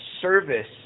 service